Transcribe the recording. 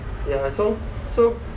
ya so so